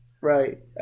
Right